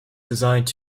designed